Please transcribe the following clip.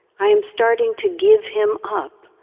i am starting to give him up!